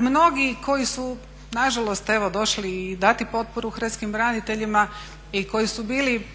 Mnogi koji su nažalost evo došli dati potporu hrvatskim braniteljima i koji su bili